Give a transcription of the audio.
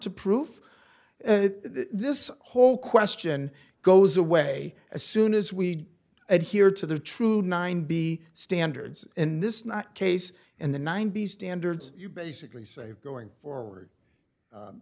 to proof this whole question goes away as soon as we adhere to the true nine b standards in this not case in the ninety's standards you basically say going forward